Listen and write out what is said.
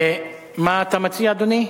מה אתה מציע, אדוני?